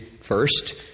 first